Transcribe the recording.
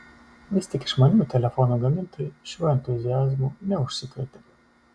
vis tik išmaniųjų telefonų gamintojai šiuo entuziazmu neužsikrėtė